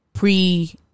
Pre